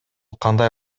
кандай